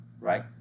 right